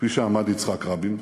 כפי שעמד יצחק רבין.